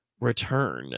return